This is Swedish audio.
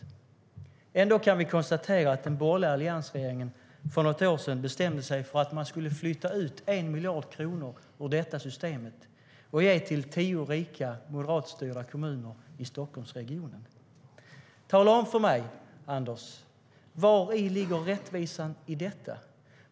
Trots det kan vi konstatera att den borgerliga alliansregeringen för något år sedan bestämde sig för att lyfta ut 1 miljard kronor ur systemet och ge till tio rika moderatstyrda kommuner i Stockholmsregionen. Tala om för mig, Anders, var rättvisan i detta ligger.